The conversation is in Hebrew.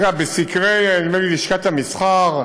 אגב, בסקרי, נדמה לי, לשכת המסחר,